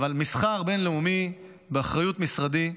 אבל מסחר בין-לאומי הוא באחריות משרדי,